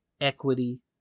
equity